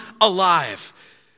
alive